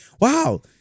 wow